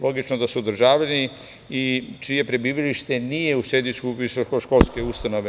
Logično da su državljani i čije prebivalište nije u sedištu visokoškolske ustanove.